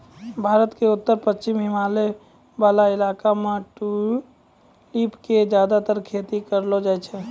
भारत के उत्तर पश्चिमी हिमालय वाला इलाका मॅ ट्यूलिप के ज्यादातर खेती करलो जाय छै